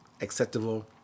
acceptable